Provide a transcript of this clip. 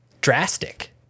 drastic